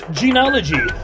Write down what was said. genealogy